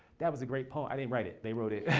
that was a great poem. i didn't write it, they wrote it.